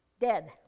dead